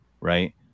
right